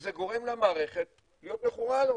שזה גורם למערכת להיות מכורה לו: